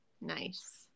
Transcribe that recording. nice